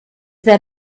that